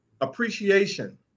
appreciation